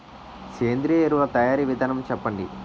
సేంద్రీయ ఎరువుల తయారీ విధానం చెప్పండి?